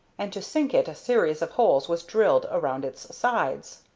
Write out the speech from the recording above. and to sink it a series of holes was drilled around its sides.